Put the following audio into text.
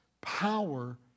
power